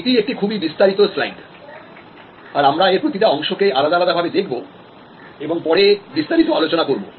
এটি একটি খুবই বিস্তারিত স্লাইড আর আমরা এর প্রতিটা অংশকে আলাদা আলাদা ভাবে দেখব এবং পরে বিস্তারিত আলোচনা করব